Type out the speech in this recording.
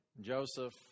Joseph